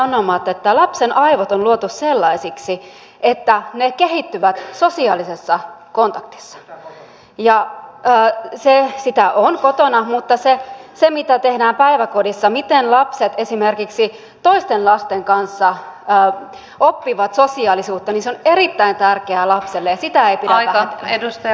tutkimukset sanovat että lapsen aivot on luotu sellaisiksi että ne kehittyvät sosiaalisessa kontaktissa sitä on kotona mutta se mitä tehdään päiväkodissa miten lapset esimerkiksi toisten lasten kanssa oppivat sosiaalisuutta on erittäin tärkeää lapselle ja sitä ei pidä vähätellä